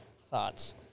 thoughts